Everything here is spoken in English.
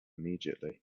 immediately